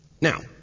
Now